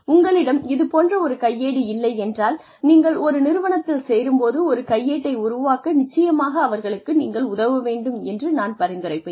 உங்களிடம் இது போன்ற ஒரு கையேடு இல்லை என்றால் நீங்கள் ஒரு நிறுவனத்தில் சேரும் போது ஒரு கையேட்டை உருவாக்க நிச்சயமாக அவர்களுக்கு நீங்கள் உதவ வேண்டும் என்று நான் பரிந்துரைப்பேன்